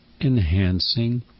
enhancing